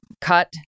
cut